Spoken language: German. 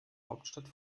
hauptstadt